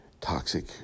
toxic